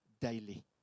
daily